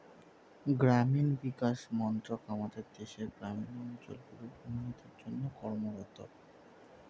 গ্রামীণ বিকাশ মন্ত্রক আমাদের দেশের গ্রামীণ অঞ্চলগুলির উন্নতির জন্যে কর্মরত